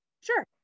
Sure